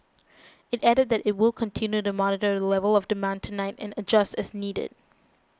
it added that it will continue to monitor the level of demand tonight and adjust as needed